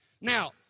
Now